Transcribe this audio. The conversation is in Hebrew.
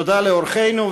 תודה לאורחינו.